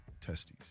testes